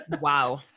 Wow